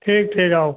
ठीक ठीक आओ